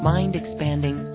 Mind-expanding